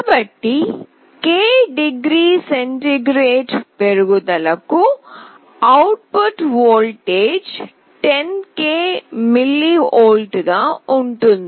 కాబట్టి k degree centigrade పెరుగుదలకు output voltage 10k mV గా ఉంటుంది